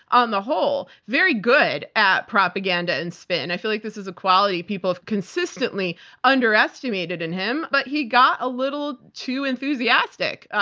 on the whole, very good at propaganda and spin. and i feel like this is a quality people consistently underestimated in him, but he got a little too enthusiastic.